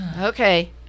okay